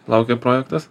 laukai projektas